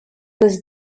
was